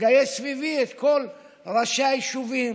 לגייס סביבי את כל ראשי היישובים,